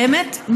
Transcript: באמת,